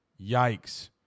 Yikes